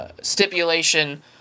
Stipulation